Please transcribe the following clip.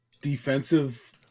defensive